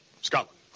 Scotland